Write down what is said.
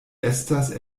estas